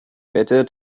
better